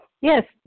Yes